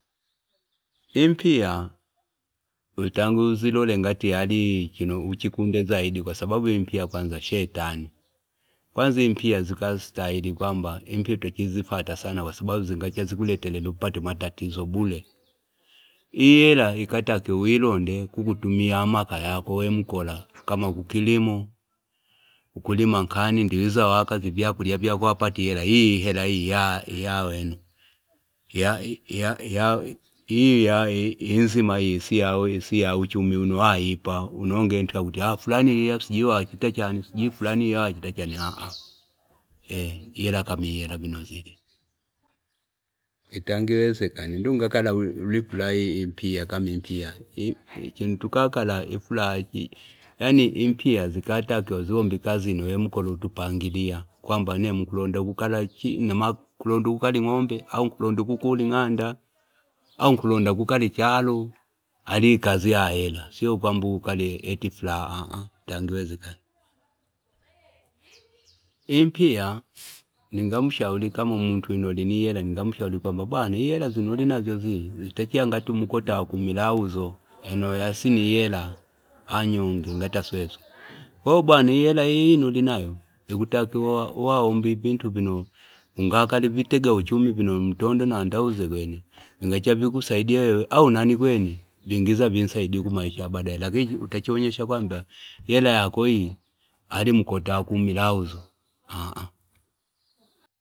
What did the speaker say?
Impiya utangeulole ngati achinouchikunde zaidi kwa sababu impira kwanza ashetani kwanza impiya zikashahili kwamba impiya utachizifata sana kwa sababu zingacha zikuletelele upate matatizo bure ihela ikatakiwa ilonde kukutumia amaka ayako wemukala kama ngikilimo ngukulima nkani wiza wakazya vyakula vyako iyela hii ya- ya wenu ya- ya yako inzima isi ya achumi uno waipa uno enge antu yakuti fulani sijui wachaita chani ah ah iyela kama iyela vino zili itangewekare ndungakala chani furaha impia kama impira zikatakiwa ziombe kazi ino wemukola utipangilia kwamba nemwi kulonda kukala utipandilia kwamba nemwi kulonda kukala chi ngulonda kukala ng'ombe au kukula ng'anda au kulonda kukala charo ali kazi ya hela sio enge kukoa furaha impi ningamshauri kwamba bwana iyela zino ulinazyo zizitachiya ngati mkota wakumila auzo yano yasi ni hela anyonge ngati sweswe ko bwana iyela iya ino ulinayo chikutakiwa waomba vintu vino ungakala vitenauchumi mtondo na wandauze kwene vingavikusaidia wewe au nani kwene vingizavisaidia kumaisha ya badaye lakini utachonyesha kwamba hela yako hii ali mkoto wa kumila auza aa.